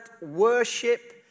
worship